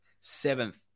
seventh